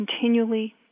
continually